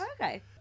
Okay